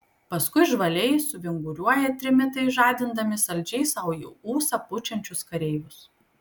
paskui žvaliai suvinguriuoja trimitai žadindami saldžiai sau į ūsą pučiančius kareivius